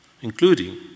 including